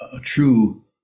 true